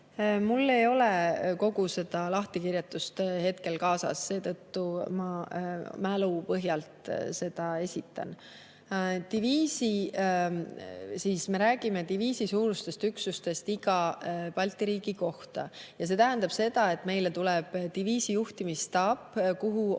Mul ei ole kogu seda lahtikirjutust praegu kaasas, seetõttu ma mälu põhjal seda esitan. Me räägime diviisisuurustest üksustest iga Balti riigi kohta. See tähendab seda, et meile tuleb diviisi juhtimisstaap,